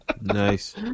Nice